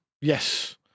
Yes